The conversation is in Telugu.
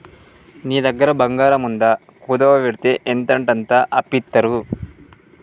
నీ దగ్గర బంగారముందా, కుదువవెడ్తే ఎంతంటంత అప్పిత్తరు